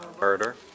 Murder